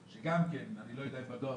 בדואר.